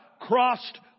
crossed